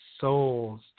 souls